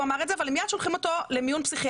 הוא אמר את זה אבל הם מייד שולחים אותו למיון פסיכיאטרי.